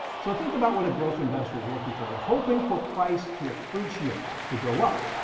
so think about what a growth investor is looking for. they're hoping for price to appreciate, to go up.